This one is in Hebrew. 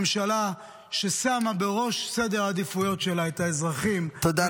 ממשלה ששמה בראש סדר העדיפויות שלה את האזרחים -- תודה רבה.